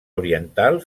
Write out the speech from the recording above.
oriental